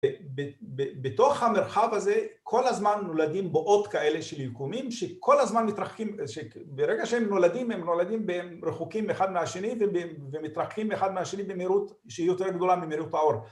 ‫בתוך המרחב הזה ‫כל הזמן נולדים בועות כאלה של יקומים ‫שכל הזמן מתרחקים, ‫ברגע שהם נולדים, ‫הם נולדים ב... הם רחוקים אחד מהשני, ‫ומתרחקים אחד מהשני במהירות ‫שהיא יותר גדולה ממהירות האור.